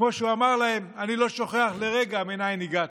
כמו שהוא אמר להם: אני לא שוכח לרגע מאין הגעתי.